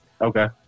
Okay